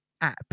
app